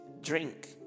drink